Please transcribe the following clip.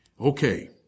Okay